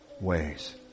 ways